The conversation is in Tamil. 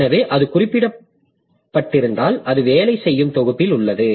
எனவே அது குறிப்பிடப்பட்டிருந்தால் அது வேலை செய்யும் தொகுப்பில் உள்ளது